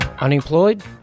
Unemployed